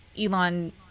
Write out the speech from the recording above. Elon